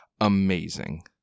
amazing